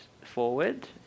forward